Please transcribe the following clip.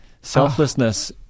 selflessness